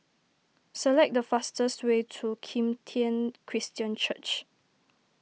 select the fastest way to Kim Tian Christian Church